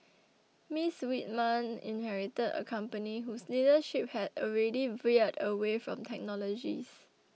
Miss Whitman inherited a company whose leadership had already veered away from technologists